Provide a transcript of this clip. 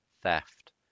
theft